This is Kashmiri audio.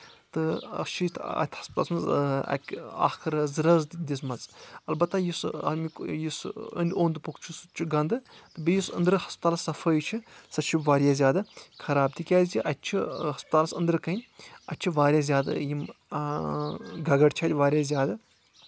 تہٕ اَسہِ چھُ یتھ اَتہِ ہسپتالس منٛز اکہِ اکھ رٲژ زٕ رٲژ دِژمَژٕ اَلبتہ یُس امیُک یُس أنٛدۍ اوٚنٛد پوٚکھ چھُ سُہ تہِ چھُ گنٛدٕ تہٕ بیٚیہِ یُس أنٛدرٕ ہسپتالس صفٲی چھِ سۄ چھِ واریاہ زیادٕ خراب تِکیٛازِ اَتہِ چھُ ہسپتالس أنٛدرٕ کَنۍ اَتہِ چھِ واریاہ زیادٕ یِم گگر چھِ اَتہِ واریاہ زیادٕ